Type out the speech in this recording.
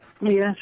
Yes